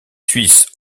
suisses